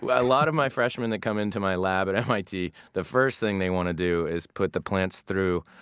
but a lot of my freshmen that come into my lab at mit, the first thing they want to do is put the plants through